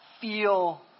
feel